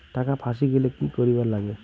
টাকা ফাঁসি গেলে কি করিবার লাগে?